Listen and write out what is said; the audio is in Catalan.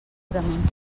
purament